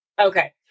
Okay